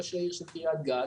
ראש העיר של קריית גת,